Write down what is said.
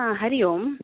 आ हरि ओम्